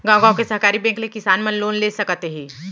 गॉंव गॉंव के सहकारी बेंक ले किसान मन लोन ले सकत हे